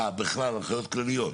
בכלל, הנחיות כלליות?